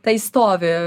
tai stovi